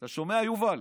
אתה שומע, יובל?